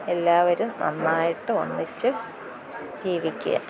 എല്ലാവരും നന്നായിട്ട് ഒന്നിച്ച് ജീവിക്കുക